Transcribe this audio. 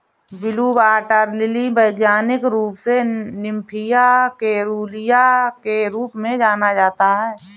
blue water lily वैज्ञानिक रूप से निम्फिया केरूलिया के रूप में जाना जाता है